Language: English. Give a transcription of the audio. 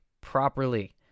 properly